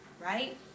Right